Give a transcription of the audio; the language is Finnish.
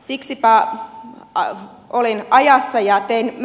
siksipä olin ajassa ja tein